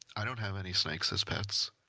i don't have any snakes as pets,